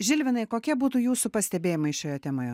žilvinai kokie būtų jūsų pastebėjimai šioje temoje